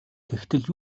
тэгтэл